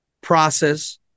process